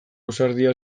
ausardia